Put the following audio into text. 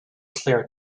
clear